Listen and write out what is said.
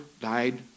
died